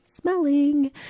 smelling